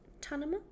Tanama